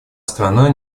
страна